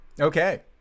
Okay